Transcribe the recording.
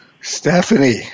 Stephanie